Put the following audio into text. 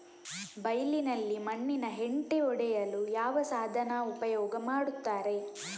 ಬೈಲಿನಲ್ಲಿ ಮಣ್ಣಿನ ಹೆಂಟೆ ಒಡೆಯಲು ಯಾವ ಸಾಧನ ಉಪಯೋಗ ಮಾಡುತ್ತಾರೆ?